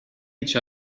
each